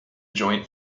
joint